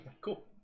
Cool